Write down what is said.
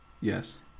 Yes